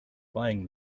buying